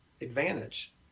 advantage